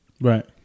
Right